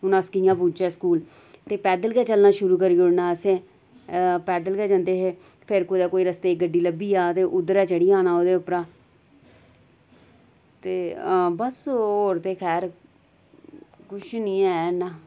ते कि'यां पुज्जचै स्कूल ते पैदल गै चलना शुरू करी ओड़ना असें पैदल गै जंदे हे फिर कोई रस्ते च गड्डी लब्भी जा ते उद्धरा चढ़ी जादा ओह्दे उप्पर ते बस होर ते खैर कुछ निं ऐ इन्ना